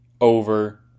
over